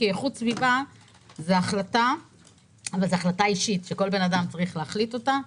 איכות סביבה זה החלטה אישית שכל אדם צריך להחליט אותה.